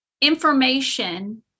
information